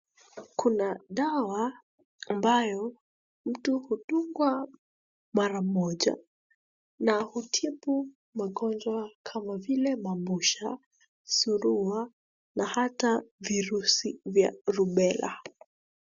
Kuna dawa ambayo mtu hutungwa mara moja na hutibu magonjwa kama vile mabusha, suruwa, na hata virusi vya rubela.